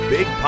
Big